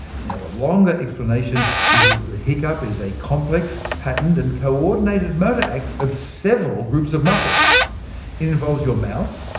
yeah the longer explanation is that ah the hiccup is a complex, patterned and co-ordinated motor act of several groups of muscles. it involves your mouth,